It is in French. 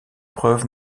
preuve